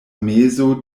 mezo